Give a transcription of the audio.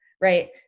right